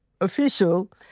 official